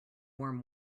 warm